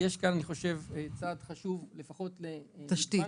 יש כאן אני חושב צעד חשוב לפחות לתשתית.